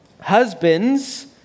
Husbands